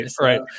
Right